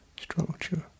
structure